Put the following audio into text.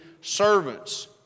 servants